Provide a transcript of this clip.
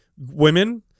Women